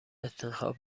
انتخاب